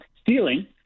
stealing